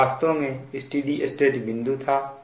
यह वास्तव में स्टेडी स्टेट बिंदु था